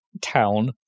town